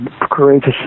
courageous